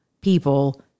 people